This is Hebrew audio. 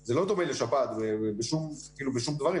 זה לא דומה לשפעת בשום דבר.